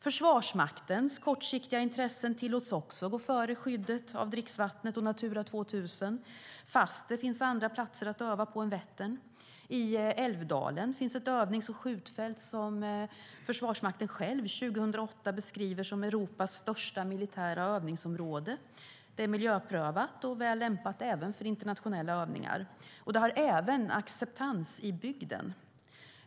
Försvarsmaktens kortsiktiga intressen tillåts gå före skyddet av dricksvattnet och Natura 2000, fast det finns andra platser att öva på. I Älvdalen finns ett övnings och skjutfält som Försvarsmakten år 2008 själv beskrev som Europas största militära övningsområde. Det är miljöprövat och väl lämpat även för internationella övningar. Det har också acceptans i bygden.